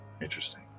interesting